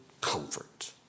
comfort